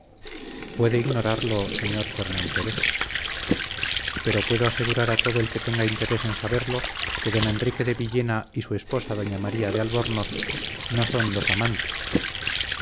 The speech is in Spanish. puede ignorarlo señor fernán pérez pero puedo asegurar a todo el que tenga interés en saberlo que don enrique de villena y su esposa doña maría de albornoz no son dos amantes